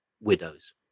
widows